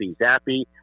zappy